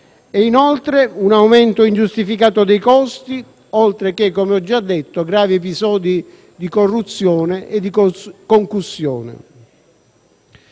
e inoltre un aumento ingiustificato dei costi, oltre che, come ho già detto, gravi episodi di corruzione e di concussione.